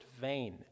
vain